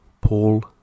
Paul